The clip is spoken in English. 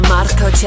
Marco